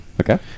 Okay